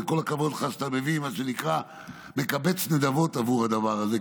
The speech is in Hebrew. כל הכבוד לך שאתה מביא ומה שנקרא מקבץ נדבות עבור הדבר הזה,